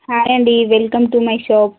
hi అండి welcome to my shop